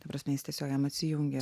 ta prasme jis tiesiog jam atsijungė